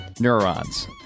neurons